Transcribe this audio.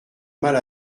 mal